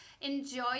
enjoy